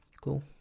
Cool